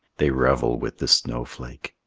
they revel with the snowflake,